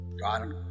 God